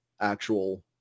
actual